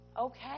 okay